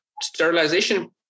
sterilization